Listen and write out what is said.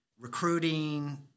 recruiting